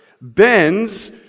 bends